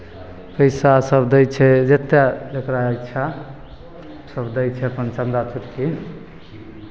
पैसा सभ दै छै जतेक जकरा इच्छा सभ दै छै अपन चन्दा चुटकी